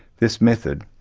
this method,